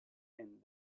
and